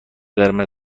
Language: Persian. قرمز